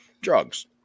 drugs